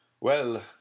Well